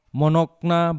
monokna